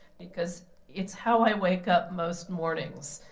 because it's how i wake up most mornings.